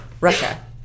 Russia